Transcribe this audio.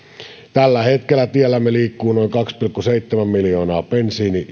tällä hetkellä tiellämme liikkuu noin kaksi pilkku seitsemän miljoonaa bensiini